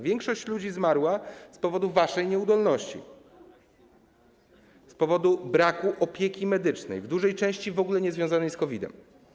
Większość ludzi zmarła z powodu waszej nieudolności, z powodu braku opieki medycznej, w dużej części w ogóle niezwiązanej z COVID-em.